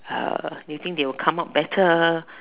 uh do you think they will come out better